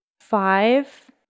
Five